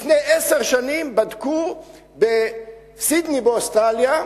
לפני עשר שנים בדקו בסידני באוסטרליה: